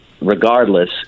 regardless